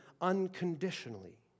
unconditionally